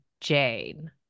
Jane